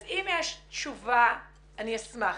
אם יש תשובה אני אשמח.